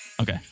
Okay